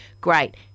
great